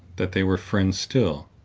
that they were friends still,